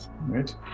right